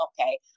okay